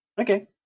Okay